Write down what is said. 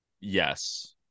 yes